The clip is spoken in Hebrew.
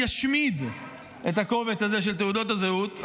ישמיד את הקובץ הזה של תעודות הזהות,